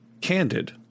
Candid